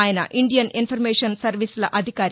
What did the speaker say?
ఆయన Indian information సర్వీస్ల అధికారి